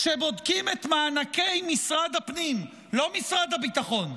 כשבודקים את מענקי משרד הפנים, לא משרד הביטחון,